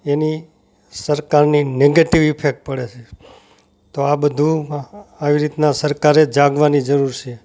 એની સરકારની negative effect પડે છે તો આ બધું આવી રીતના સરકારે જગવાની જરૂર છે